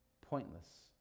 pointless